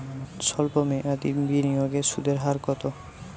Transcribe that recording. সল্প মেয়াদি বিনিয়োগে সুদের হার কত?